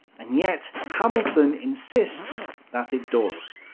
and yet, hamilton insists that it does.